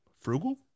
frugal